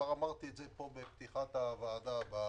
ואמרתי את זה פה בפתיחת הישיבה,